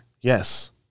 yes